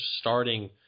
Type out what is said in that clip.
starting